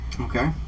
Okay